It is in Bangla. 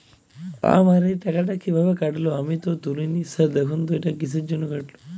আমার এই টাকাটা কীভাবে কাটল আমি তো তুলিনি স্যার দেখুন তো এটা কিসের জন্য কাটল?